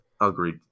Agreed